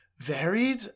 varied